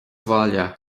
bhaile